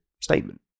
statement